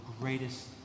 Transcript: greatest